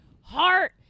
heart